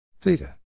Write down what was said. Theta